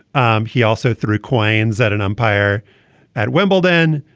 um he also threw coins at an umpire at wimbledon.